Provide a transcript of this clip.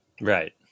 Right